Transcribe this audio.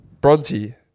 Bronte